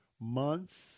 months